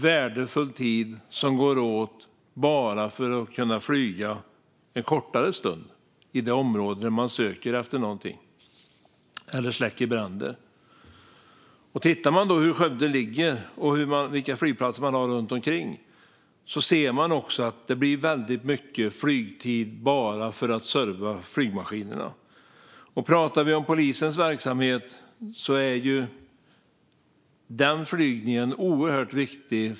Värdefull tid går åt bara för att kunna flyga en kortare stund i det område där man söker efter någonting eller släcker bränder. Tittar man på hur Skövde ligger och vilka flygplatser som finns runt omkring ser man att det blir väldigt mycket flygtid bara för att serva flygmaskinerna. Pratar vi om polisens verksamhet är den flygningen oerhört viktig.